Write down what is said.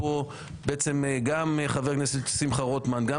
ישנם פה חברי הכנסת שמחה רוטמן בוועדת